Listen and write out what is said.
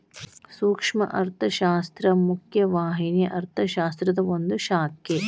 ಸೂಕ್ಷ್ಮ ಅರ್ಥಶಾಸ್ತ್ರ ಮುಖ್ಯ ವಾಹಿನಿಯ ಅರ್ಥಶಾಸ್ತ್ರದ ಒಂದ್ ಶಾಖೆ